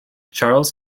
charles